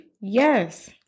Yes